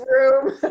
room